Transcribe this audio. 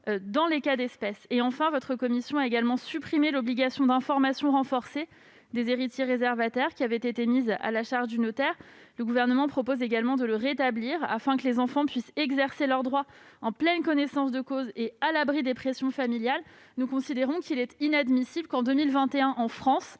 dans les cas d'espèce. Enfin, votre commission a supprimé l'obligation d'information renforcée des héritiers réservataires qui avait été mise à la charge du notaire. Le Gouvernement propose également de la rétablir, afin que les enfants puissent exercer leur droit en pleine connaissance de cause et à l'abri des pressions familiales. Nous considérons qu'il est inadmissible qu'en 2021, en France,